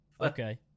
Okay